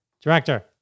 director